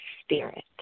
spirit